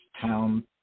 town